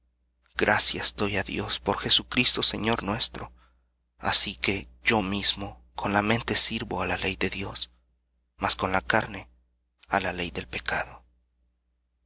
gracias doy á dios por jesucristo señor nuestro así que yo mismo con la mente sirvo á la ley de dios mas con la carne á la ley del pecado